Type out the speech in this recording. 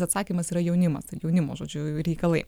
atsakymas yra jaunimas jaunimo žodžiu reikalai